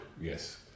yes